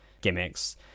gimmicks